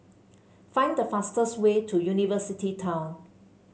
find the fastest way to University Town